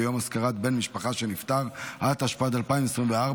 התשפ"ד 2024,